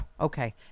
okay